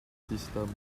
system